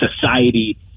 society